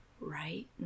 right